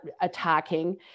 attacking